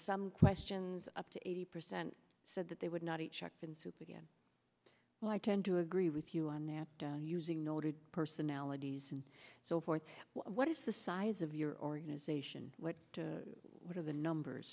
some questions up to eighty percent said that they would not eat shark fin soup again well i tend to agree with you on that using noted personalities and so forth what is the size of your organization what to what are the numbers